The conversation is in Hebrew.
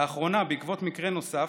לאחרונה, בעקבות מקרה נוסף,